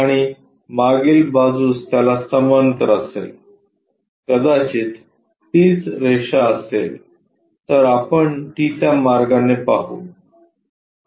आणि मागील बाजूस त्याला समांतर असेल कदाचित तीच रेषा असेल तर आपण ती त्या मार्गाने पाहू